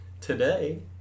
today